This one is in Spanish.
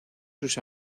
sus